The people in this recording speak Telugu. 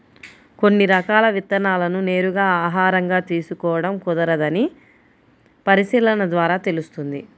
కొన్ని రకాల విత్తనాలను నేరుగా ఆహారంగా తీసుకోడం కుదరదని పరిశీలన ద్వారా తెలుస్తుంది